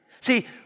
See